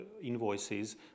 invoices